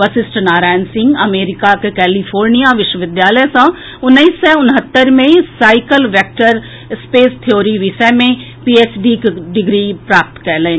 वशिष्ठ नारायण सिंह अमरीकाक कैलीफोर्निया विश्वविद्यालय सॅ उन्नैस सय उनहत्तरि मे साइकल वेक्टर स्पेस थ्योरी विषय मे पीएचडीक डिग्री प्राप्त कयलनि